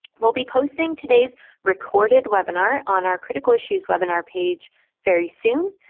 we'll be posting today's recorded webinar on our critical issues webinar page very soon.